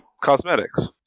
cosmetics